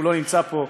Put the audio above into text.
הוא לא נמצא פה,